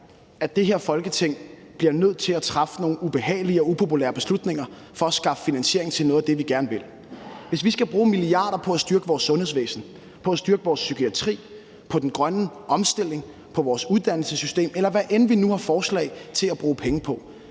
at det her Folketing bliver nødt til at træffe nogle ubehagelige og upopulære beslutninger for at skaffe finansiering til noget af det, vi gerne vil. Hvis vi skal bruge milliarder på at styrke vores sundhedsvæsen, på at styrke vores psykiatri, på den grønne omstilling, på vores uddannelsessystem, eller hvad end vi nu har forslag til at bruge penge på,